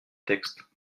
texte